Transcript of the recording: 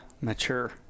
mature